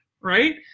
right